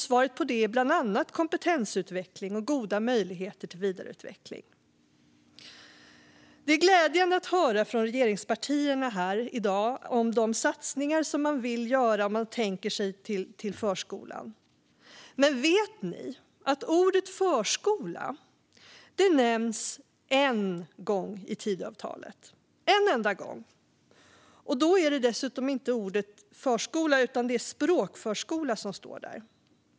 Svaret på det är bland annat kompetensutveckling och goda möjligheter till vidareutveckling. Det är glädjande att från regeringspartierna här höra om de satsningar som de vill göra på förskolan. Men vet ni att ordet förskola nämns en enda gång i Tidöavtalet? Och då är det dessutom inte ordet förskola utan språkförskola som står där.